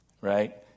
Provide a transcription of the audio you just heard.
Right